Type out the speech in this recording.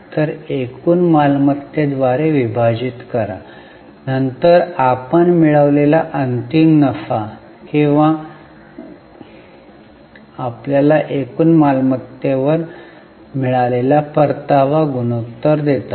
तर एकूण मालमत्तेद्वारे विभाजित करा नंतर आपण मिळवलेला अंतिम नफा किंवा नफा आपल्याला एकूण मालमत्तेवर परतावा गुणोत्तर देतात